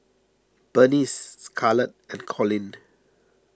Bernice Scarlet and Colin